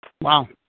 Wow